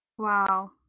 Wow